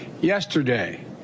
Yesterday